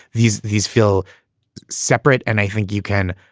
these these feel separate. and i think you can